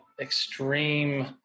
extreme